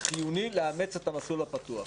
חיוני לאמץ את המסלול הפתוח.